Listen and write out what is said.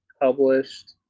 published